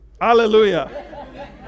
Hallelujah